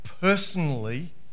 personally